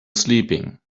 sleeping